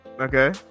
Okay